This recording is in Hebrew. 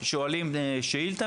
שואלים שאילתא,